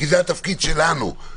כי זה התפקיד שלנו.